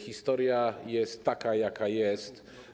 Historia jest taka, jaka jest.